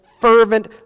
fervent